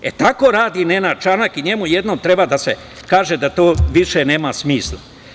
E, tako radi Nenad Čanak i njemu jednom treba da se kaže da to više nema smisla.